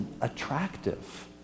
attractive